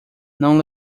não